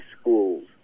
schools